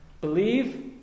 Believe